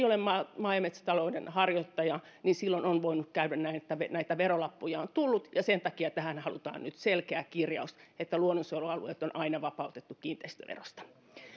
ole maa ja metsätalouden harjoittaja niin silloin on voinut käydä niin että näitä verolappuja on on tullut ja sen takia tähän halutaan nyt selkeä kirjaus että luonnonsuojelualueet on aina vapautettu kiinteistöverosta